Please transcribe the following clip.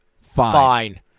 Fine